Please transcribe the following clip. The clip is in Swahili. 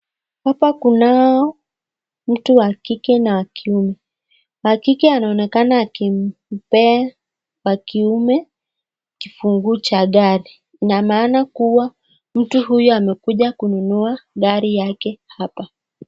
Hapa kunao mtu wa kike na wa kiume. Wa kike anaonekana akimpea wa kiume kifunguo cha gari. Ina maana kuwa mtu amekuja kununua gari yake hapa.